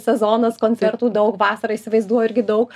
sezonas koncertų daug vasarą įsivaizduoju irgi daug